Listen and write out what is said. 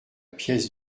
pièce